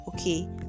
Okay